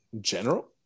general